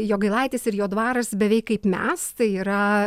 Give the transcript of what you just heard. jogailaitis ir jo dvaras beveik kaip mes tai yra